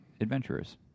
adventurers